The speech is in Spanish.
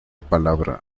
palabra